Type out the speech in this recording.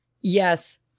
yes